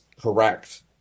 correct